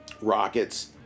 Rockets